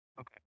Okay